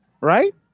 Right